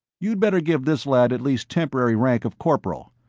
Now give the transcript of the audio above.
you'd better give this lad at least temporary rank of corporal.